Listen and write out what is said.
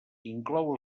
inclou